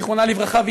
זיכרונה לברכה,